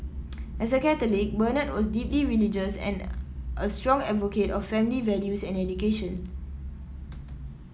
as a Catholic Bernard was deeply religious and a strong advocate of family values and education